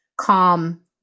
calm